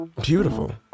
Beautiful